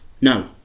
No